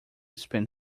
spend